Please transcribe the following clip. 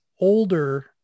older